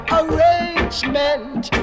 arrangement